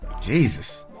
Jesus